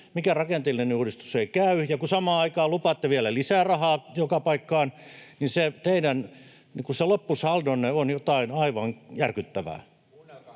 mikään rakenteellinen uudistus ei käy ja samaan aikaan lupaatte vielä lisää rahaa joka paikkaan, niin että se teidän loppusaldonne on jotain aivan järkyttävää.